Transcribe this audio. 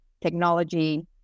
technology